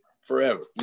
forever